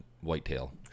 whitetail